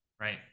right